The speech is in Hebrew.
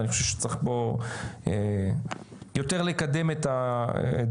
אני חושב שצריך פה יותר לקדם את הדיונים